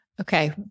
Okay